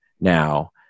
now